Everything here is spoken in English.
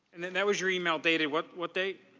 and and that was your yeah e-mail dated what what date?